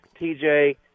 TJ